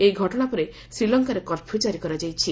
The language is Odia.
ଏହି ଘଟଣା ପରେ ଶ୍ରୀଲଙ୍କାରେ କର୍ଫ୍ୟୁ ଜାରି କରାଯାଇଛି